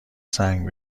سنگ